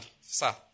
Sir